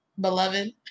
beloved